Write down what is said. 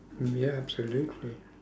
mm ya absolutely